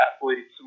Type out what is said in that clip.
athletes